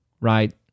right